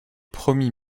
premiers